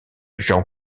jean